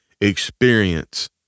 experience